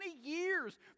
years